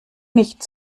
nicht